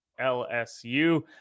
LSU